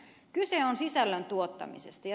kyse on sisällön tuottamisesta